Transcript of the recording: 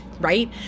right